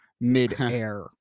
mid-air